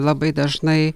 labai dažnai